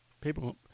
people